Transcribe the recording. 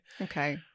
Okay